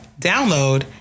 download